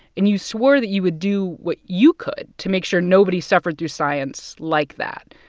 and you swore that you would do what you could to make sure nobody suffered through science like that.